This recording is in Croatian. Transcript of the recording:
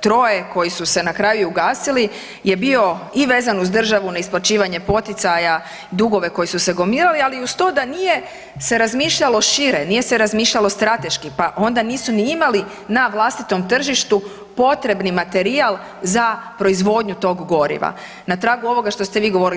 troje koji su se na kraju i ugasili je bio i vezan uz državu na isplaćivanje poticaja i dugove koji su se gomilali, ali i uz to da nije se razmišljalo šire, nije se razmišljalo strateški, pa onda nisu ni imali na vlastitom tržištu potrebni materijal za proizvodnju tog goriva, na tragu ovoga što ste vi govorili.